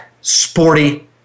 Sporty